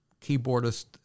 keyboardist